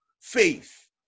faith